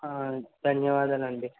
ధన్యవాదాలండీ